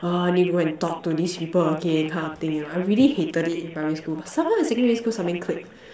!aww! I need to go and talk to these people again kind of thing you know I really hated it in primary school but somehow in secondary school something clicked